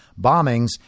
bombings